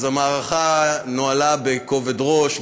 אז המערכה נוהלה בכובד ראש,